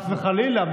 חס וחלילה.